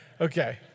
Okay